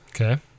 Okay